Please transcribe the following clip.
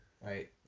Right